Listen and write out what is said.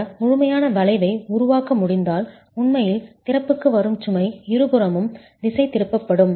இந்த முழுமையான வளைவை உருவாக்க முடிந்தால் உண்மையில் திறப்புக்கு வரும் சுமை இருபுறமும் திசைதிருப்பப்படும்